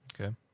Okay